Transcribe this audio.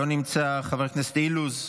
לא נמצא, חבר הכנסת אילוז,